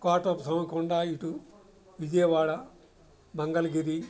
కోటప్ప కొండ ఇటు విజయవాడ మంగళగిరి